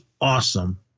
awesome